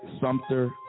Sumter